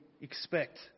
expect